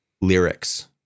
lyrics